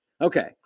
okay